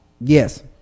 Yes